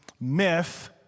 myth